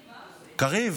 קריב.